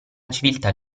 civiltà